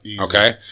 Okay